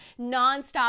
Nonstop